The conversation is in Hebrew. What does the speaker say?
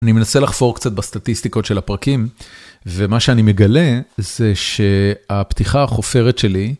אני מנסה לחפור קצת בסטטיסטיקות של הפרקים, ומה שאני מגלה זה שהפתיחה החופרת שלי.